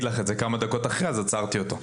לך את זה כמה דקות אחר כך ועצרתי אותו.